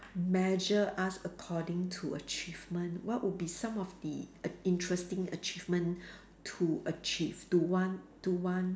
measure us according to achievement what would be some of the a~ interesting achievement to achieve to want to want